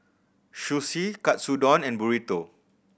Sushi Katsudon and Burrito